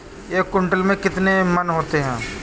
एक क्विंटल में कितने मन होते हैं?